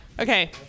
okay